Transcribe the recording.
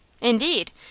Indeed